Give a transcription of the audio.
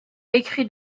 écrit